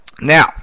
Now